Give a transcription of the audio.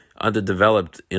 underdeveloped